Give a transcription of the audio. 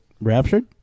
raptured